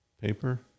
paper